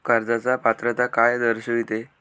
कर्जाची पात्रता काय दर्शविते?